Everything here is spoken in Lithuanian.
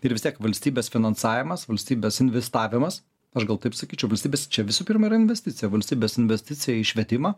ir vis tiek valstybės finansavimas valstybės investavimas aš gal taip sakyčiau valstybės čia visų pirma yra investicija valstybės investicija į švietimą